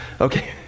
Okay